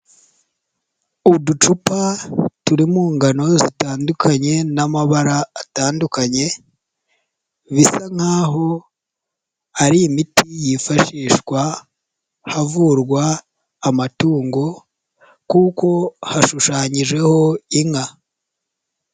Uducupa turi mu ngano zitandukanye n'amabara atandukanye, bisa nkaho ari imiti yifashishwa havurwa amatungo kuko hashushanyijeho inka.